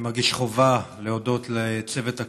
אני מרגיש חובה להודות לצוות הכנסת,